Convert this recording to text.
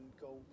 go